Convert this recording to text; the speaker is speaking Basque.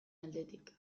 aldetik